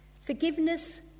Forgiveness